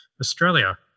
Australia